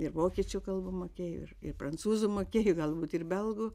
ir vokiečių kalbą mokėjo ir ir prancūzų mokėjo galbūt ir belgų